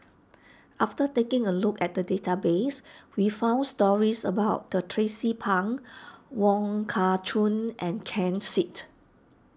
after taking a look at the database we found stories about Tracie Pang Wong Kah Chun and Ken Seet